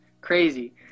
crazy